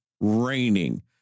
Raining